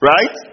Right